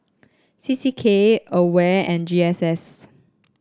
C C K Aware and G S S